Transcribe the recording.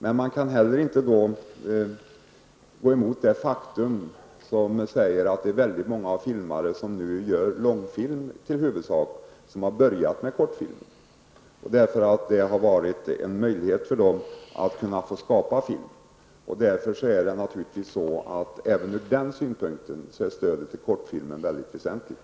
Man kan emellertid heller inte gå emot det faktum att väldigt många filmare som nu i huvudsak gör långfilm har börjat med att göra kortfilm, eftersom detta har gett dem en möjlighet att få skapa film. Även ur den synpunkten är stödet till kortfilmen mycket väsentligt.